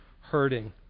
hurting